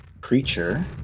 creature